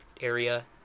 area